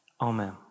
Amen